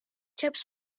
tips